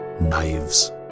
Knives